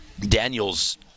Daniel's